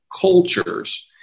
cultures